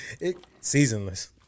Seasonless